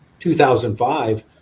2005